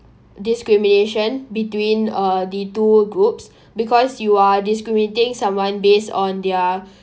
discrimination between uh the two groups because you are discriminating someone based on their